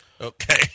Okay